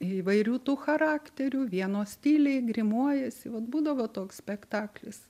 įvairių tų charakterių vienos tyliai grimuojasi vat būdavo toks spektaklis